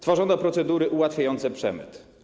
Tworzono procedury ułatwiające przemyt.